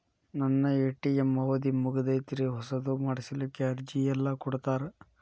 ನನ್ನ ಎ.ಟಿ.ಎಂ ಅವಧಿ ಮುಗದೈತ್ರಿ ಹೊಸದು ಮಾಡಸಲಿಕ್ಕೆ ಅರ್ಜಿ ಎಲ್ಲ ಕೊಡತಾರ?